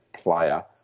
player